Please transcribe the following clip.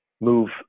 Move